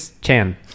Chan